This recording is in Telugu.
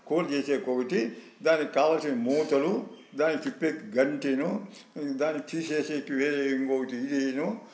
కూర చేసేకి ఒకటి దానికి కావాల్సిన మూతలు దాన్ని తిప్పే గరిటె దాన్ని తీసేకి వేరే ఇంకొకటి ఇది